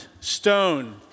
stone